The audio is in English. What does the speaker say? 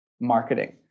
marketing